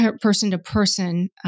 person-to-person